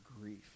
grief